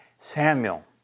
Samuel